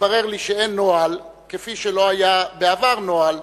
התברר לי שאין נוהל, כפי שלא היה בעבר נוהל,